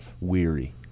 weary